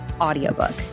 audiobook